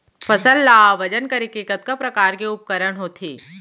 फसल ला वजन करे के कतका प्रकार के उपकरण होथे?